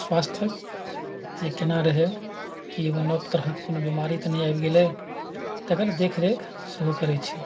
स्वास्थ्यके जे कोना रहै कि नब तरहके कोनो बीमारी तऽ नहि आबि गेलै तकर देखरेख सेहो करै छी